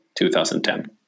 2010